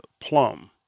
plum